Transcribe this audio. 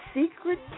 secret